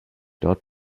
dort